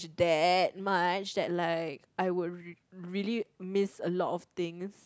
that much that like I would really miss a lot of things